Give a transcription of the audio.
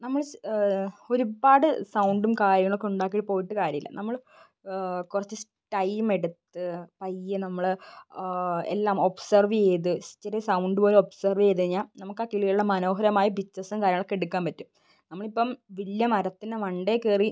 നമ്മൾ ഒരുപാട് സൗണ്ടും കാര്യങ്ങളൊക്കെ ഉണ്ടാക്കി പോയിട്ട് കാര്യം ഇല്ല നമ്മൾ കുറച്ചു ടൈം എടുത്തു പയ്യെ നമ്മൾ എല്ലാം ഒബ്സർവ് ചെയ്തു ചെറിയ സൗണ്ട് പോലും ഒബ്സർവ് ചെയ്തു കഴിഞ്ഞാൽ നമുക്ക് ആ കിളികളുടെ മനോഹരമായ പിക്ച്ചേസും കാര്യങ്ങളൊക്കെ എടുക്കാൻ പറ്റും നമ്മൾ ഇപ്പം വലിയ മരത്തിന് മണ്ടയിൽ കയറി